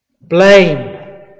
Blame